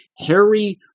Harry